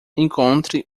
encontre